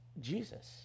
jesus